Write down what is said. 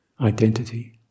identity